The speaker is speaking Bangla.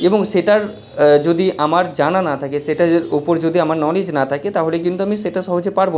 এবং সেটার যদি আমার জানা না থাকে সেটার ওপর যদি আমার নলেজ না থাকে তাহলে সেটা কিন্তু আমি সহজে পারবো না